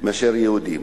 מאשר יהודים.